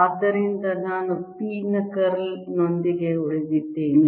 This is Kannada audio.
ಆದ್ದರಿಂದ ನಾನು P ನ ಕರ್ಲ್ ನೊಂದಿಗೆ ಉಳಿದಿದ್ದೇನೆ